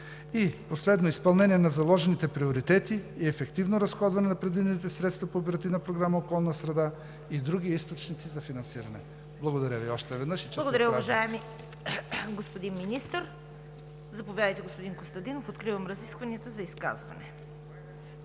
и последно – изпълнение на заложените приоритети и ефективно разходване на предвидените средства по Оперативна програма „Околна среда“ и други източници за финансиране. Благодаря Ви още веднъж и честит празник! ПРЕДСЕДАТЕЛ ЦВЕТА КАРАЯНЧЕВА: Благодаря Ви, уважаеми господин Министър. Заповядайте, господин Костадинов – откривам разискванията за изказване.